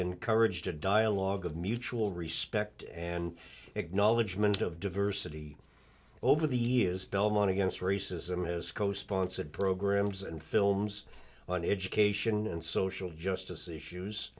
encouraged a dialogue of mutual respect and acknowledgement of diversity over the years belmont against racism as co sponsored programs and films on education and social justice issues